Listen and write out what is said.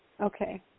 Okay